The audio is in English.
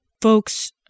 folks